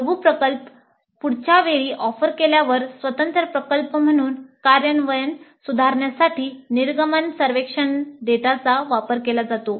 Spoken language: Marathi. लघु प्रकल्प पुढच्या वेळी ऑफर केल्यावर स्वतंत्र प्रकल्प म्हणून कार्यान्वयन सुधारण्यासाठी निर्गमन सर्वेक्षण डेटाचा वापर केला जातो